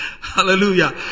Hallelujah